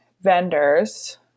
vendors